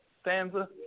stanza